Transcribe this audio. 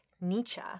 Nietzsche